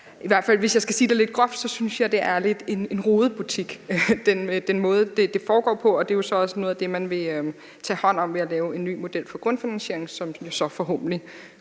tale. Hvis jeg skal sige det lidt groft, synes jeg, det er lidt en rodebutik i forhold til den måde, det foregår på. Det er så også noget af det, man vil tage hånd om ved at lave en ny model for grundfinansiering, som så forhåbentlig